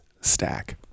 stack